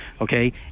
Okay